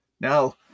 Now